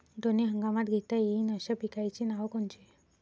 दोनी हंगामात घेता येईन अशा पिकाइची नावं कोनची?